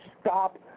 stop